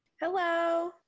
Hello